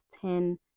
ten